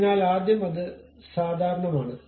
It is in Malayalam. അതിനാൽ ആദ്യം അത് സാധാരണമാണ്